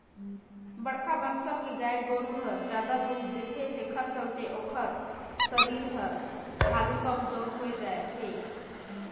बड़खा बनसल के गाय गोरु हर जादा दूद देथे तेखर चलते ओखर सरीर हर हालु कमजोर होय जाथे